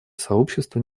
сообщество